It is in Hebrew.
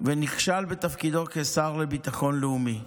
ונכשל בתפקידו כשר לביטחון לאומי.